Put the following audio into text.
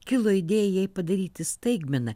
kilo idėja jai padaryti staigmeną